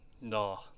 No